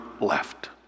left